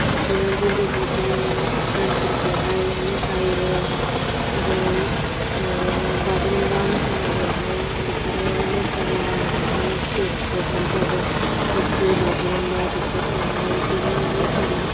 बिदिनो बलिवुडनि गानफोरखौहाय मोसायो आरो बागुरुमबा मोसानांगौ आवहाय बिसोरो मोसाला बिदिनो स्टेज प्रग्राम फ्रावबो क्रिसटि बागुरुमबा बेफोरखौहाय जेबो मोसाला